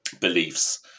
beliefs